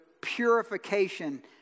purification